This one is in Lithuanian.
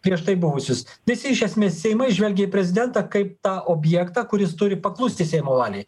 prieš tai buvusius visi iš esmės seimai žvelgia į prezidentą kaip tą objektą kuris turi paklusti seimo valiai